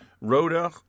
Rhoda